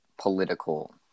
political